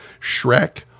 Shrek